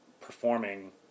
performing